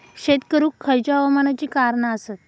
शेत करुक खयच्या हवामानाची कारणा आसत?